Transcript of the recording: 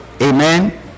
Amen